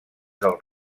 del